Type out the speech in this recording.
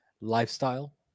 Lifestyle